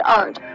art